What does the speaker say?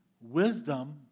wisdom